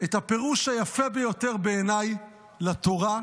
את הפירוש היפה ביותר בעיניי לתורה,